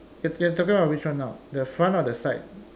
you're you're talking about which one now the front or the side